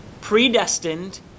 predestined